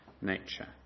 nature